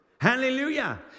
Hallelujah